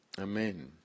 Amen